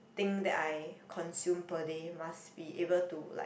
thing that I consume per day must be able to like